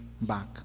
back